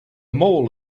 mall